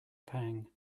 pang